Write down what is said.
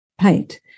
paint